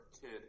kid